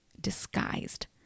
disguised